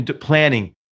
Planning